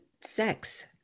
sex